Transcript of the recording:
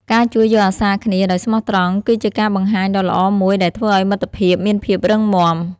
ការជួយយកអាសាគ្នាដោយស្មោះត្រង់គឺជាការបង្ហាញដ៏ល្អមួយដែលធ្វើឲ្យមិត្តភាពមានភាពរឹងមាំ។